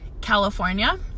California